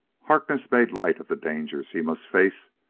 harkness made light of the dangers he must face,